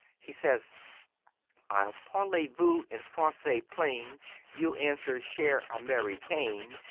he says i'll parlez-vous in francais plain you'll answer, cher americain,